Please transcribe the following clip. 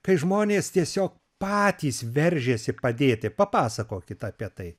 kai žmonės tiesiog patys veržiasi padėti papasakokit apie tai